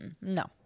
No